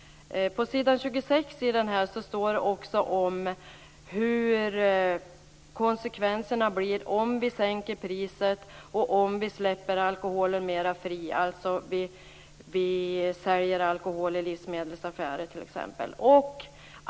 På s. 26 står det hur konsekvenserna blir om vi sänker priset och om vi släpper alkoholen mer fri, t.ex. säljer alkohol i livsmedelsaffärer.